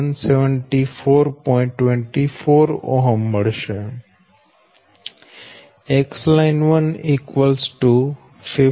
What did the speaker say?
24 X line 1 50484 0